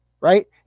right